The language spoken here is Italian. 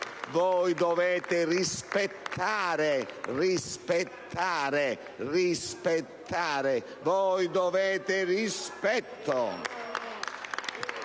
voi dovete rispettare, rispettare, rispettare! Voi dovete rispetto!